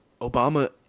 Obama